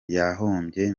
yahombye